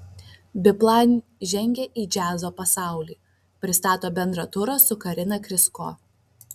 biplan žengia į džiazo pasaulį pristato bendrą turą su karina krysko